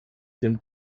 dem